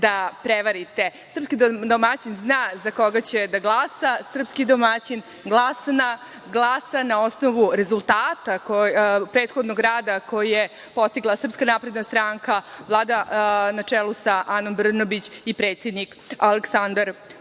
da prevarite. Srpski domaćin zna za koga će da glasa, srpski domaćin glasa na osnovu rezultata prethodnog rada koji je postigla SNS, na čelu sa Anom Brnabić i predsednikom Aleksandrom